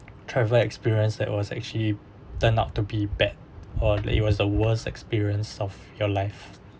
travel experience that was actually turned out to be bad or that it was the worst experience of your life